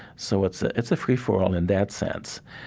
so it's a, it's a free for all in that sense.